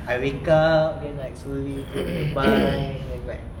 I wake up then like slowly go to the bike